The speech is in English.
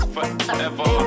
Forever